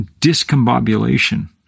discombobulation